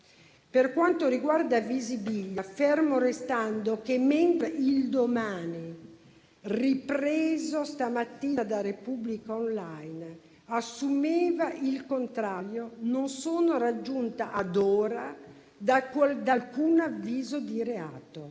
Per quanto riguarda Visibilia, fermo restando che mentre «Domani», ripreso stamattina da «la Repubblica» *online*, assumeva il contrario, non sono raggiunta ad ora da alcun avviso di reato